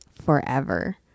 forever